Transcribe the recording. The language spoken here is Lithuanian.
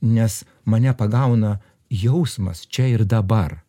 nes mane pagauna jausmas čia ir dabar